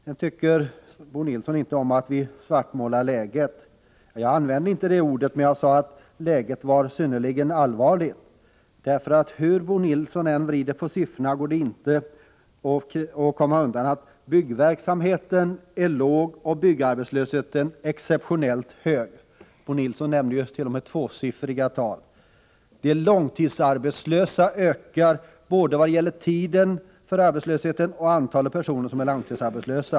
Bo Nilsson säger att han inte tycker om att vi svartmålar läget. Det har jag inte gjort. Jag sade att läget var synnerligen allvarligt. Hur Bo Nilsson än vrider på siffrorna går det inte att komma undan att byggverksamheten är låg och byggarbetslösheten exceptionellt hög. Bo Nilsson återgav tvåsiffriga tal. Långtidsarbetslösheten ökar både när det gäller tiden för arbetslösheten och när det gäller antalet personer som är arbetslösa.